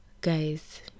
guys